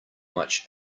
much